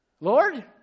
Lord